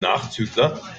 nachzügler